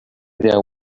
there